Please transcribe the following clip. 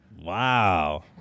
Wow